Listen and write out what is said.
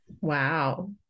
Wow